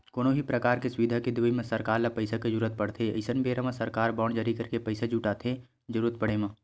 कोनो भी परकार के सुबिधा के देवई म सरकार ल पइसा के जरुरत पड़थे अइसन बेरा म सरकार बांड जारी करके पइसा जुटाथे जरुरत पड़े म